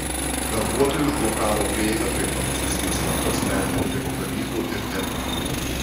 darbuotojai užblokavo prieigą prie prancūzijos naftos perdirbimo gamyklų ir depų